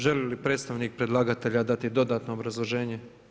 Želi li predstavnik predlagatelja dati dodatno obrazloženje?